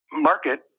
market